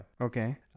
Okay